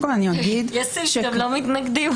יש סעיף שאתם לא מתנגדים?